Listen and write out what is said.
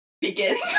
begins